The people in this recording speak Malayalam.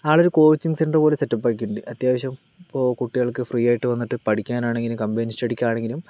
ആളൊരു കോച്ചിങ് സെൻ്ററ് പോലൊരു സെറ്റപ്പാക്കിയിട്ടുണ്ട് അത്യാവശ്യം ഇപ്പോൾ കുട്ടികൾക്ക് ഫ്രീ ആയിട്ട് വന്നിട്ട് പഠിക്കാനാണെങ്കിലും കമ്പൈൻ സ്റ്റടിക്കാണെങ്കിലും